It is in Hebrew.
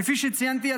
כפי שציינתי,